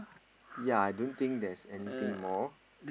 ya I don't think there's anything more